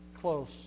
close